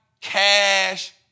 cash